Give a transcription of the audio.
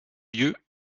lieu